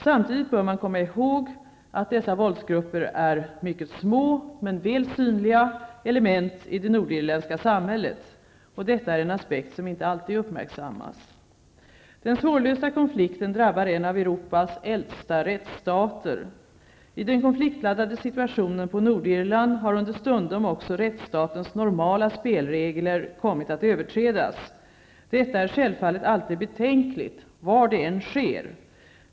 Samtidigt bör man komma ihåg, att dessa våldsgrupper är mycket små, men väl synliga, element i det nordirländska samhället. Detta är en aspekt som inte alltid uppmärksammas. Den svårlösta konflikten drabbar en av Europas äldsta rättsstater. I den konfliktladdade situationen på Nordirland har understundom också rättsstatens normala spelregler kommit att överträdas. Detta är självfallet alltid betänkligt, var det än sker.